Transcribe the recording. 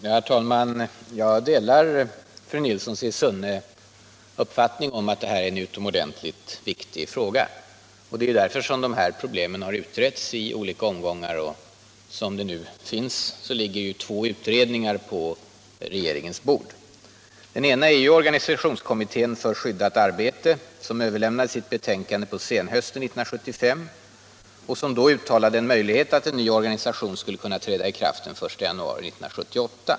Herr talman! Jag delar fru Nilssons i Sunne uppfattning om att det här är en utomordentligt viktig fråga. Det är därför som dessa problem utretts i olika omgångar. Nu ligger det två utredningar på regeringens bord. Den ena är förslaget från organisationskommittén för skyddat arbete, som överlämnade sitt betänkande på senhösten 1975 och som då uttalade att det var möjligt att en ny organisation skulle kunna träda i kraft den 1 januari 1978.